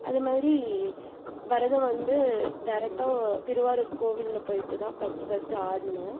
அது மாதிரி பரதம் வந்து டேரெக்ட்டாக திருவாரூர் கோவிலில் போயிட்டு தான் ஃபர்ஸ்ட்டு ஃபர்ஸ்ட்டு ஆடுனேன்